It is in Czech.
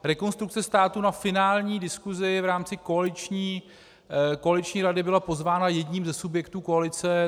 Rekonstrukce státu na finální diskusi v rámci koaliční rady byla pozvána jedním ze subjektů koalice.